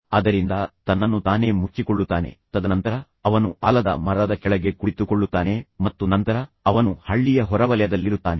ಅದರಿಂದ ತನ್ನನ್ನು ತಾನೇ ಮುಚ್ಚಿಕೊಳ್ಳುತ್ತಾನೆ ತದನಂತರ ಅವನು ಆಲದ ಮರದ ಕೆಳಗೆ ಕುಳಿತುಕೊಳ್ಳುತ್ತಾನೆ ಮತ್ತು ನಂತರ ಅವನು ಹಳ್ಳಿಯ ಹೊರವಲಯದಲ್ಲಿರುತ್ತಾನೆ